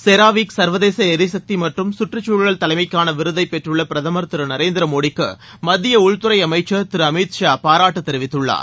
CERAWeek சர்வதேச எரிசக்தி மற்றும் கற்றுச்சூழல் தலைமைக்கான விருதை பெற்றுள்ள பிரதமர் திரு நரேந்திர மோடிக்கு மத்திய உள்துறை அமைச்சர் திரு அமித்ஷா பாராட்டு தெரிவித்துள்ளார்